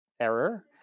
error